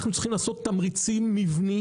אנחנו צריכים לעשות תמריצים מבניים,